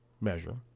measure